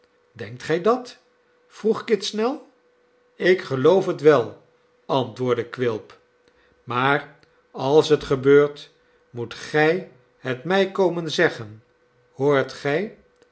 denkt gij dat vroeg kit snel ik geloof het wel antwoordde quilp maar als het gebeurt moet gij het mij komen zeggen hoort gij